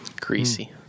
Greasy